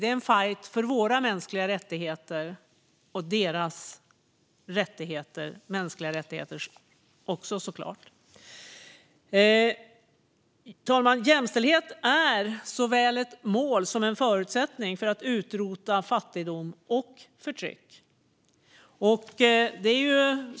Det är en fajt för våra mänskliga rättigheter och såklart också för deras mänskliga rättigheter. Herr talman! Jämställdhet är såväl ett mål som en förutsättning för att utrota fattigdom och förtryck.